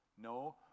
No